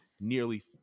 nearly